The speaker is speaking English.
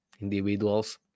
individuals